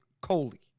Coley